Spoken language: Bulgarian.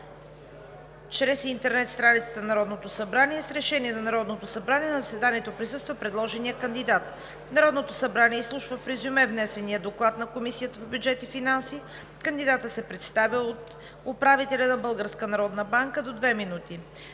чрез интернет страницата на Народното събрание. С решение на Народното събрание на заседанието присъства предложеният кандидат. 2. Народното събрание изслушва в резюме внесения доклад на Комисията по бюджет и финанси. 3. Кандидатът се представя от управителя на Българската